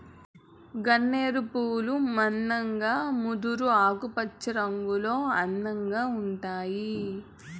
గన్నేరు పూలు మందంగా ముదురు పచ్చరంగులో అందంగా ఉంటాయి